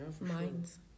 minds